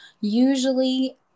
usually